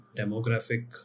demographic